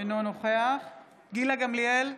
אינו נוכח גילה גמליאל,